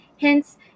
Hence